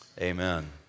amen